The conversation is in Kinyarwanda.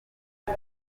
uyu